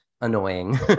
annoying